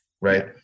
right